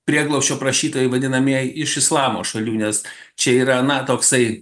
prieglobsčio prašytojai vadinamieji iš islamo šalių nes čia yra na toksai